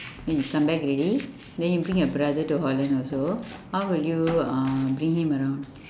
then you come back already then you bring your brother to holland also how will you uh bring him around